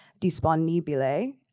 Disponibile